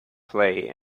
play